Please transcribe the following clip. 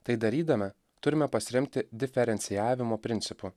tai darydami turime pasiremti diferencijavimo principu